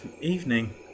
evening